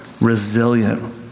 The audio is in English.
resilient